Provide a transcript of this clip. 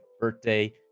birthday